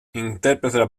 interpreta